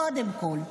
קודם כול.